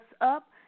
up